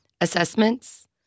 assessments